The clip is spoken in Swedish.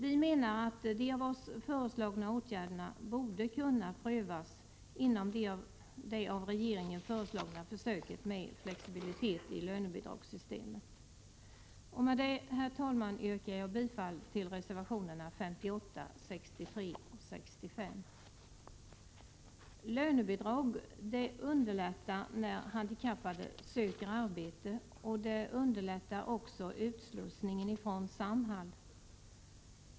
Vi menar att de av oss föreslagna åtgärderna borde kunna prövas inom det av regeringen föreslagna försöket med flexibilitet i lönebidragssystemet. Med det, herr talman, yrkar jag bifall till reservationerna 58, 63 och 65. Lönebidrag underlättar när handikappade söker arbete och underlättar också utslussningen från Samhall.